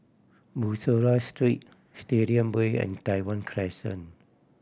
Bussorah Street Stadium Way and Tai Hwan Crescent